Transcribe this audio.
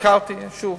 שוב.